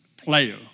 player